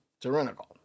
tyrannical